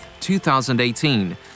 2018